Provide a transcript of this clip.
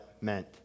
meant